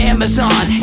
Amazon